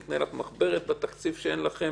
נקנה לך מחברת בתקציב שאין לכם